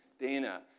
Dana